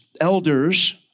elders